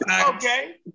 okay